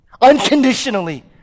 unconditionally